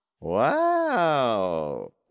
Wow